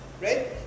right